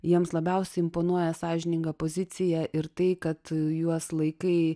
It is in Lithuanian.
jiems labiausiai imponuoja sąžininga pozicija ir tai kad juos laikai